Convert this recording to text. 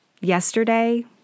Yesterday